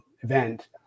event